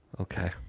Okay